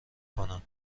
کنم